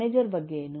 manager ಬಗ್ಗೆ ಏನು